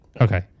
Okay